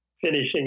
finishing